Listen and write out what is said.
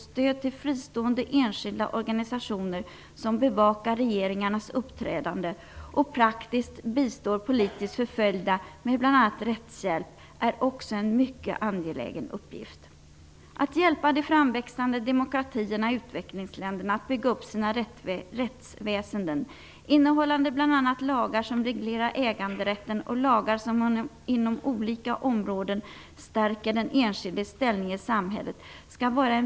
En annan mycket angelägen uppgift är att ge stöd till fristående, enskilda organisationer som bevakar regeringarnas uppträdande och praktiskt bistår politiskt förföljda med bl.a. rättshjälp. En viktig uppgift för svenskt bistånd skall vara att hjälpa de framväxande demokratierna i utvecklingsländerna att bygga upp sina rättsväsenden, innehållande bl.a. lagar som reglerar äganderätten och lagar som inom olika områden stärker den enskildes ställning i samhället.